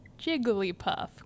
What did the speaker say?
Jigglypuff